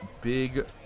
big